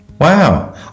Wow